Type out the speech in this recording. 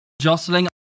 jostling